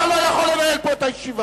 אתה לא יכול לנהל פה את הישיבה.